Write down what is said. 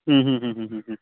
ಹ್ಞೂ ಹ್ಞೂ ಹ್ಞೂ ಹ್ಞೂ ಹ್ಞೂ ಹ್ಞೂ